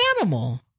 animal